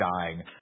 dying